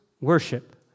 worship